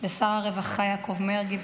לשר הרווחה יעקב מרגי,